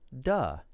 Duh